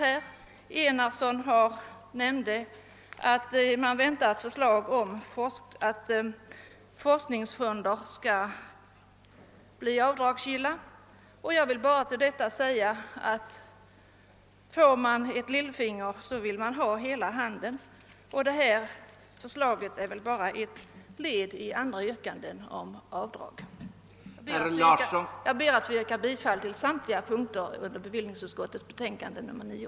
Herr Enarsson nämnde att man väntar förslag om att medel till forskningsfonder skall bli avdragsgilla. Härtill önskar jag bara säga att om man får lillfingret vill man tydligen ha hela handen. Detta förslag är väl också ett led i många andra yrkanden om rätt till avdrag vid beskattningen. Herr talman! Jag ber att få yrka bifall till utskottets hemställan i bevillningsutskottets betänkande nr 9.